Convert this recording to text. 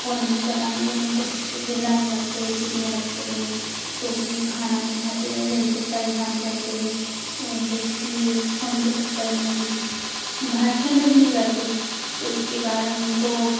phone नहीं चलाने दो उनको तो चिल्लाने लगते हैं चीखने लगते हैं रोटी खाना नहीं खाते हैं ऐसे ऐसे परेशान करते हैं और जैसे कि यह फ़ोन के चक्कर में बाहर खेलने भी नहीं जाते हैं तो उसके कारण उनको